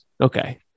Okay